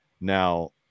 Now